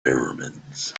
pyramids